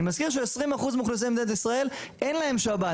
אני מזכיר של-20% מאוכלוסיית מדינת ישראל אין שב"ן,